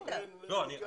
בטח,